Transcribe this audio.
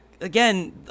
again